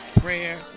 prayer